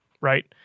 right